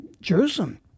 Jerusalem